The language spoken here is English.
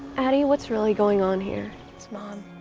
addie, what's really going on here? it's mom.